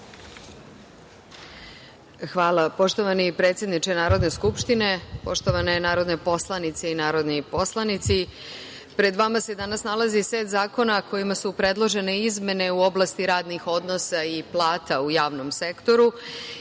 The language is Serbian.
Hvala. Poštovani predsedniče Narodne skupštine, poštovane narodne poslanice i narodni poslanici, pred vama se danas nalazi set zakona kojima su predloženi izmene u oblasti radnih odnosa i plata u javnom sektoru